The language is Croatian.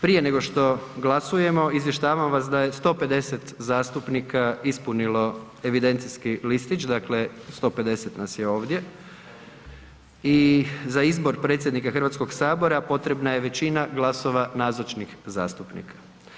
Prije nego što glasujemo, izvještavam vas da je 150 zastupnika ispunilo evidenciji listić, dakle 150 nas je ovdje i za izbor predsjednika sabora potrebna je većina glasova nazočnih zastupnika.